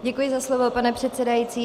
Děkuji za slovo, pane předsedající.